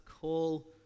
call